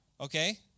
Okay